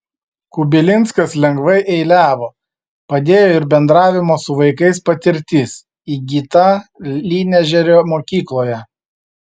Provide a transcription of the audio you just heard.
kubilinskas lengvai eiliavo padėjo ir bendravimo su vaikais patirtis įgyta lynežerio mokykloje